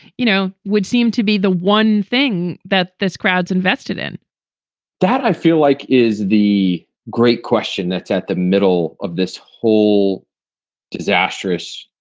you know, would seem to be the one thing that this crowd's invested in that i feel like is the great question that's at the middle of this whole disastrous,